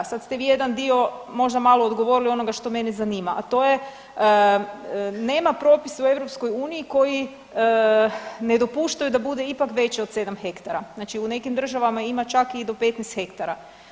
A sad ste vi jedan dio možda malo odgovorili onoga što mene zanima, a to je nema propisa u EU koji ne dopuštaju da bude ipak veće od sedam hektara, znači u nekim državama ima čak i do 15 hektara.